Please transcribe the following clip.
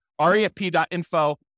Refp.info